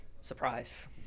Surprise